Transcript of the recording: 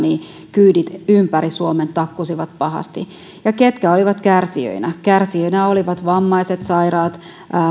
kyydit ympäri suomen takkusivat pahasti ja ketkä olivat kärsijöinä kärsijöinä olivat vammaiset sairaat